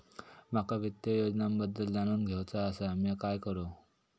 माका वित्तीय योजनांबद्दल जाणून घेवचा आसा, म्या काय करू?